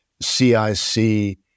CIC